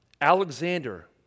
Alexander